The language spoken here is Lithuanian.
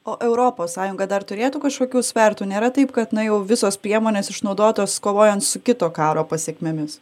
o europos sąjunga dar turėtų kažkokių svertų nėra taip kad na jau visos priemonės išnaudotos kovojant su kito karo pasekmėmis